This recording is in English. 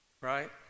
right